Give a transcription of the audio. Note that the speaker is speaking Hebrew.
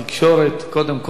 קודם כול שר התקשורת,